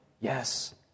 Yes